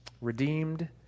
redeemed